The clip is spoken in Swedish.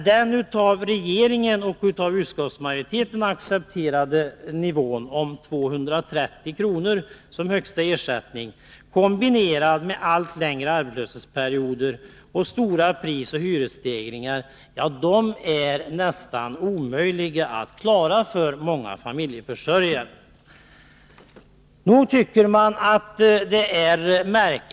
Den av regeringen och utskottsmajoriteten accepterade nivån 230 kr. som högsta ersättning, kombinerat med allt längre arbetslöshetsperioder och stora prisoch hyresstegringar, är nästan omöjlig att klara för många familjeförsörjare.